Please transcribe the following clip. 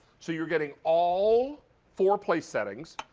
so you're getting all four police settings,